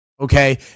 okay